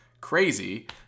crazy